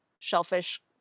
shellfish